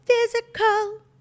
physical